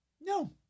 No